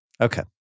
Okay